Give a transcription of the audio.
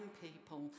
people